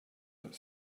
but